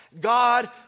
God